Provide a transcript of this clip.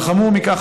אבל חמור מכך,